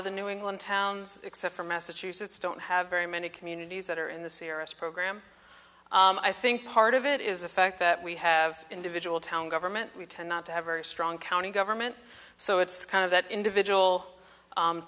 of the new england towns except for massachusetts don't have very many communities that are in the sierras program i think part of it is a fact that we have individual town government we tend not to have very strong county government so it's kind of that individual